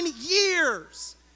years